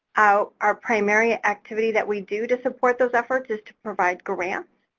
our our primary activity that we do to support those efforts is to provide grants.